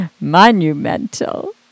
monumental